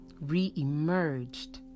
re-emerged